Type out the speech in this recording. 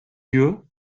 yeux